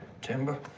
Timber